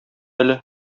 әле